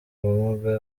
ubumuga